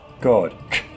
God